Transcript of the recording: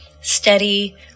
steady